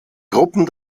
gruppen